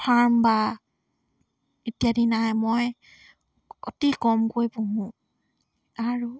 farm বা ইত্যাদি নাই মই অতি কমকৈ পুহো আৰু